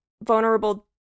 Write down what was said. vulnerable